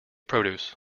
produce